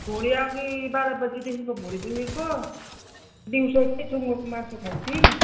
भुँडी अघि बाह्र बजीदेखिन्को भुँडी दुखेको दिउँसो इत्ति सुङ्गुरको मासु खाएको थिएँ